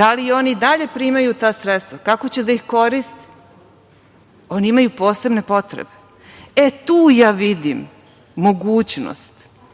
Da li oni i dalje primaju ta sredstva? Kako će da ih koriste? Oni imaju posebne potrebe. E, tu ja vidim mogućnost